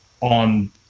on